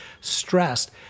stressed